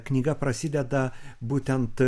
knyga prasideda būtent